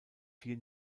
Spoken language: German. vier